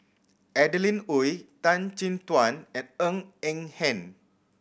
Adeline Ooi Tan Chin Tuan and Ng Eng Hen